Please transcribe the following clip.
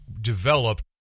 developed